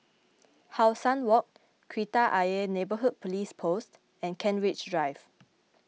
How Sun Walk Kreta Ayer Neighbourhood Police Post and Kent Ridge Drive